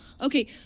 Okay